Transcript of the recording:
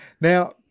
Now